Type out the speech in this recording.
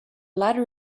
ladder